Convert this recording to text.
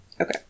Okay